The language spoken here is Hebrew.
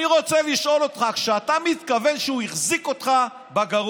אני רוצה לשאול אותך: כשאתה מתכוון שהוא החזיק אותך בגרון,